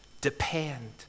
depend